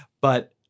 But-